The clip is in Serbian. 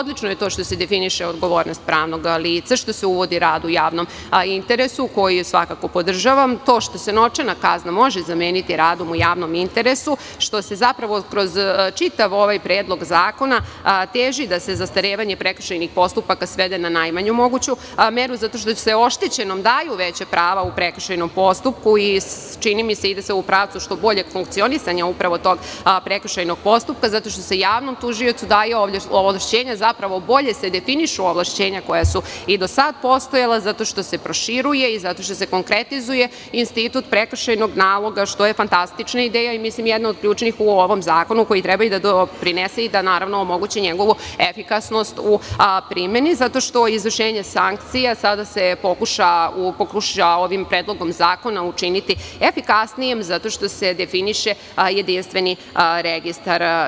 Odlično je to što se definiše odgovornost pravnog lica, što se uvodi rad u javnom interesu koji podržavam svakako, to što se novčana kazna može zameniti radom u javnom interesu, što se zapravo kroz čitav ovaj predlog zakona teži da se zastarevanje prekršajnih postupaka svede na najmanju moguću meru, zato što se oštećenom daju veća prava u prekršajnom postupku i, čini mi se, ide se u pravcu što boljeg funkcionisanja upravo tog prekršajnog postupka, zato što se javnom tužiocu daju ovlašćenja, zapravo, bolje se definišu ovlašćenja koja su i do sada postojala, zato što se proširuje i zato što se konkretizuje institut prekršajnog naloga, što je fantastična ideja i mislim da je jedna od ključnih u ovom zakonu, koji treba da doprinese i omogući njegovu efikasnost u primeni, zato što se izvršenje sankcija sada pokušava ovim predlogom zakona učiniti efikasnijim, zato što se definiše jedinstveni registar.